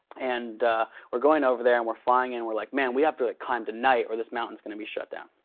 and we're going over there and we're flying in. and we're like man we have to climb tonight or this mountain's gonna be shut down.